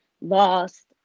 lost